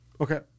Okay